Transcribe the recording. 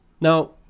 now